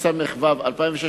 34